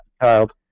child